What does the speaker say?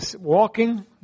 walking